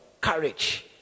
courage